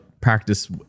practice